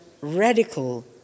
radical